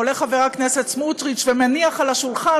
עולה חבר הכנסת סמוטריץ ומניח על השולחן